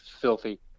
filthy